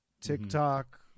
TikTok